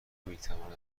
میتواند